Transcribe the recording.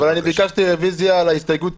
ביקשתי רוויזיה על ההסתייגות,